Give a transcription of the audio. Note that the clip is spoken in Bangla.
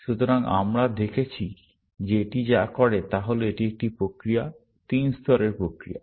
সুতরাং আমরা দেখেছি যে এটি যা করে তা হল এটি একটি প্রক্রিয়া তিন স্তরের প্রক্রিয়া